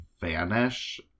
vanish